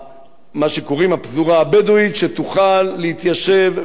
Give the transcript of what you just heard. שתוכל להתיישב ולגור בכל מקום שהיא חפצה,